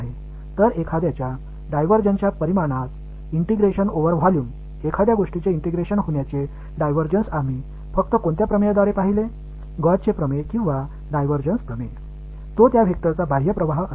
எனவே வால்யுமின் டைவேர்ஜ்ன்ஸ் மீது இன்டெகிரஷன் செய்யும் காஸ்'ஸ் தியரம் Gauss's theorem அல்லது டைவர்ஜன்ஸ் தியரதில் ஒன்றிணைக்கப்படுவதன் வேறுபாட்டை இப்போது நாம் பார்த்தோம்